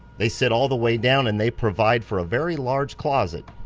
they sit all the way down and they provide for a very large closet.